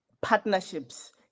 partnerships